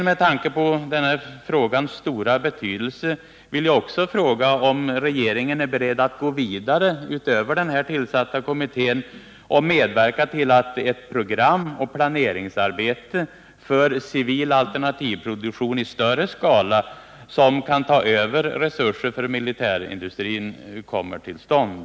Med tanke på denna frågas stora betydelse vill jag slutligen fråga, om regeringen är beredd att gå vidare — utöver åtgärden att tillsätta denna kommitté—och medverka till att ett program och ett planeringsarbete för civil alternativproduktion i större skala, som kan ta över resurser från militärindustrin, kommer till stånd.